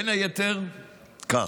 בין היתר כך: